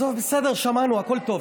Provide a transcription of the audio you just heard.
עזוב, בסדר, שמענו, הכול טוב.